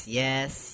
yes